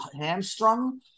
hamstrung